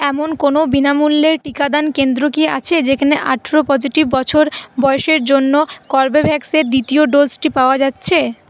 এমন কোনও বিনামূল্যের টিকাদান কেন্দ্র কি আছে যেখানে আঠেরো পজিটিভ বছর বয়সের জন্য কর্বেভ্যাক্সের দ্বিতীয় ডোজটি পাওয়া যাচ্ছে